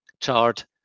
chart